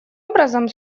образом